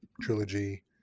trilogy